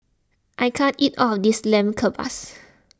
I can't eat all of this Lamb Kebabs